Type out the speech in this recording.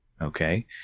Okay